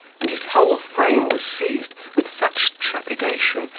and his whole frame was seized with such trepidation,